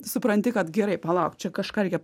supranti kad gerai palauk čia kažką reikia